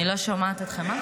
אני לא שומעת אתכם.